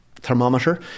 thermometer